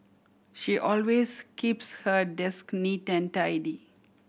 she always keeps her desk neat and tidy